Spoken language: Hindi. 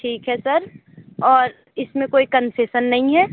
ठीक है सर और इसमें कोई कन्सेशन नहीं है